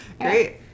Great